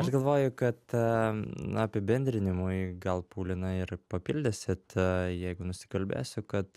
aš galvoju kad na apibendrinimui gal paulina ir papildysit jeigu nusikalbėsiu kad